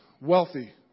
wealthy